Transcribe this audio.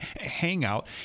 Hangout